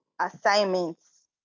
assignments